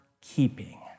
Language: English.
keeping